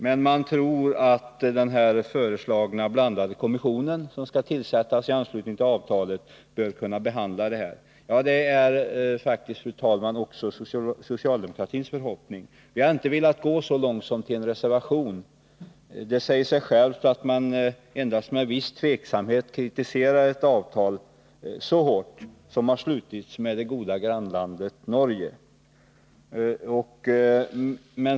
Men man tror att den föreslagna blandade kommission som skall tillsättas i anslutning till avtalet kan behandla det här. Det är faktiskt, fru talman, också socialdemokratins förhoppning. Vi har inte velat gå så långt som till en reservation. Det säger sig självt att man endast med viss tveksamhet så hårt kritiserar ett avtal som har slutits med det goda grannlandet Norge.